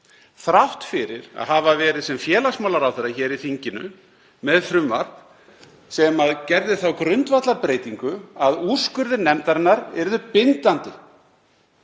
þrátt fyrir að hafa verið sem félagsmálaráðherra hér í þinginu með frumvarp sem gerði þá grundvallarbreytingu að úrskurðir nefndarinnar yrðu bindandi.